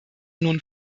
nun